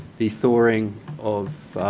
the thawing of